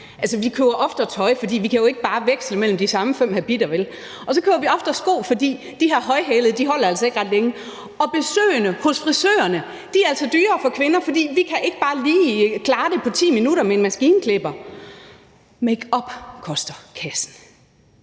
Vi køber oftere tøj, for vi kan jo ikke bare veksle mellem de samme fem habitter, vel? Og så køber vi oftere sko, for de her højhælede holder altså ikke ret længe, og besøgene hos frisørerne er dyrere for kvinder, for vi kan ikke bare lige klare det på 10 minutter med en maskinklipper. Makeup og hårtørrere